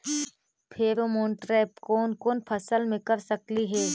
Pheromone trap कोन कोन फसल मे कर सकली हे?